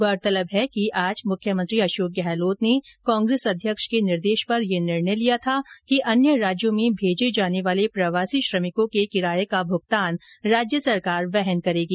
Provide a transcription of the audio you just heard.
गौरतलब है कि आज मुख्यमंत्री अशोक गहलोत ने कांग्रेस अध्यक्ष के निर्देश पर यह निर्णय लिया था कि अन्य राज्यों में भेजे जाने वाले प्रवासी श्रमिकों के किराये का भूगतान राज्य सरकार वहन करेगी